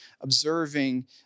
observing